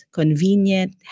convenient